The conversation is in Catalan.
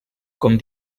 com